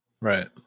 Right